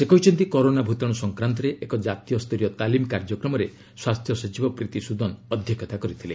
ସେ କହିଛନ୍ତି କରୋନା ଭୂତାଣୁ ସଂକ୍ରାନ୍ତରେ ଏକ ଜାତୀୟ ସ୍ତରୀୟ ତାଲିମ କାର୍ଯ୍ୟକ୍ରମରେ ସ୍ୱାସ୍ଥ୍ୟ ସଚିବ ପ୍ରୀତି ସ୍ୱଦନ ଅଧ୍ୟକ୍ଷତା କରିଥିଲେ